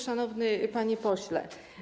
Szanowny Panie Pośle!